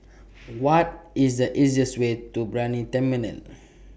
What IS The easiest Way to Brani Terminal